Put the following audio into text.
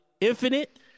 Infinite